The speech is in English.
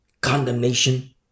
condemnation